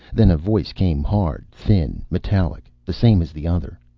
then a voice came, hard, thin, metallic. the same as the other.